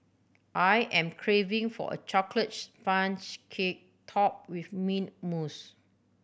I am craving for a sponge cake topped with mint mousse